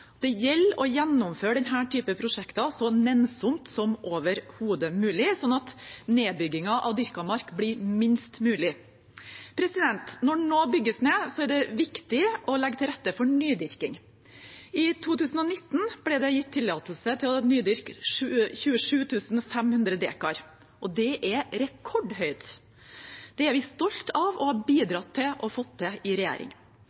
Det gjelder å gjennomføre denne type prosjekter så nennsomt som overhodet mulig, slik at nedbyggingen av dyrket mark blir minst mulig. Når det nå bygges ned, er det viktig å legge til rette for nydyrking. I 2019 ble det gitt tillatelse til å nydyrke 27 500 dekar. Det er rekordhøyt. Det er vi stolte av å ha bidratt til å få til i regjering.